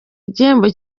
igihembo